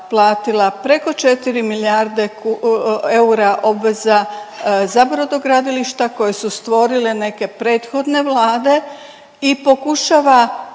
preko 4 milijarde eura obveza za brodogradilišta koje su stvorile neke prethodne Vlade i pokušava